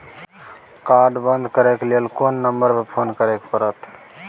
Card बन्द करे ल कोन नंबर पर फोन करे परतै?